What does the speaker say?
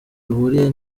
bihuriye